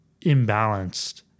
imbalanced